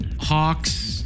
Hawks